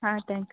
ಹಾಂ ತ್ಯಾಂಕ್